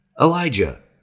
Elijah